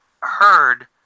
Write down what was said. heard